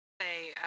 say